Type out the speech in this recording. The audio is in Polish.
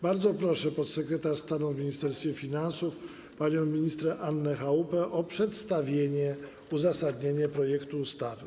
Bardzo proszę podsekretarz stanu w Ministerstwie Finansów panią minister Annę Chałupę o przedstawienie uzasadnienia projektu ustawy.